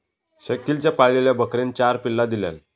शकिलच्या पाळलेल्या बकरेन चार पिल्ला दिल्यान